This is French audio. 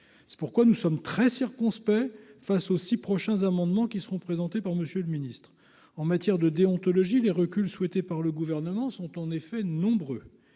c'est pourquoi nous sommes très circonspects face aussi prochains amendements qui seront présentés par Monsieur le Ministre, en matière de déontologie les reculs souhaitée par le gouvernement sont en effet nombreux